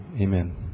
amen